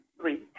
Three